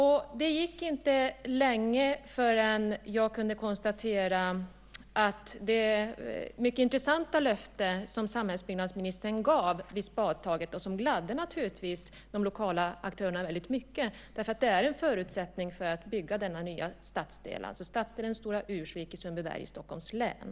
Hon hade då givit ett mycket intressant löfte, som naturligtvis gladde de lokala aktörerna väldigt mycket eftersom det var en förutsättning för att bygga denna nya stadsdel, alltså stadsdelen Stora Ursvik i Sundbyberg i Stockholms län.